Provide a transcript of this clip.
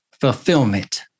fulfillment